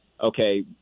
Okay